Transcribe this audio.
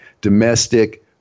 domestic